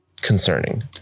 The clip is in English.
concerning